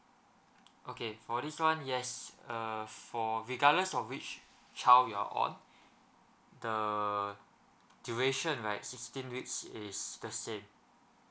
okay for this [one] yes uh for regardless of which child you're on the duration right sixteen weeks is the same